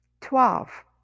twelve